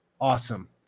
awesome